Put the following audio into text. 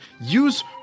Use